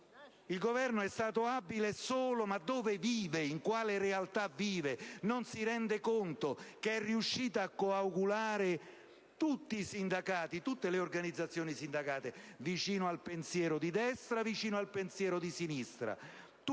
Il Governo è stato solo abile. Ma dove vive? In quale realtà vive? Non si rende conto che è riuscito a coagulare tutti i sindacati, tutte le organizzazioni sindacali, vicino al pensiero di destra, vicino al pensiero di sinistra